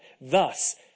Thus